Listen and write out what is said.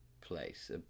place